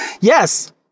Yes